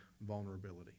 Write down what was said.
vulnerability